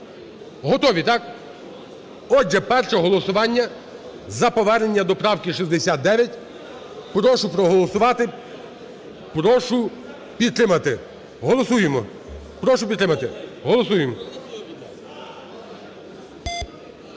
Готові, так? Отже, перше голосування - за повернення до правки 69. Прошу проголосувати, прошу підтримати. Голосуємо! Прошу підтримати, голосуємо.